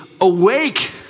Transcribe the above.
awake